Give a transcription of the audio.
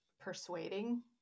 persuading